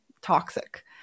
toxic